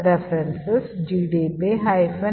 References 1